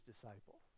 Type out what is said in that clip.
disciple